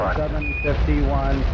7.51